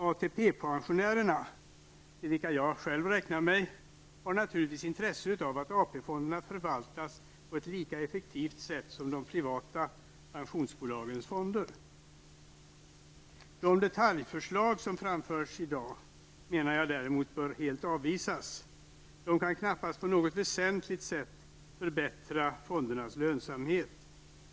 ATP-pensionärerna, till vilka jag själv räknar mig, har naturligtvis intresse av att AP-fonderna förvaltas på ett lika effektivt sätt som de privata pensionsbolagens fonder. De detaljförslag som framförs i dag bör däremot enligt min mening helt avvisas. De kan knappast på något väsentligt sätt förbättra fondernas lönsamhet.